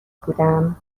بودم